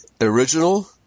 original